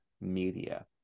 media